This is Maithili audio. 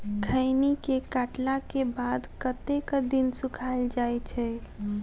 खैनी केँ काटला केँ बाद कतेक दिन सुखाइल जाय छैय?